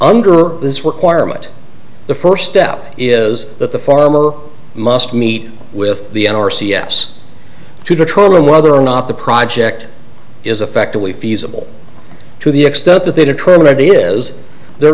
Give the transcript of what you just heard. under this requirement the first step is that the farmer must meet with the n r c s to determine whether or not the project is effectively feasible to the extent that they determine it is there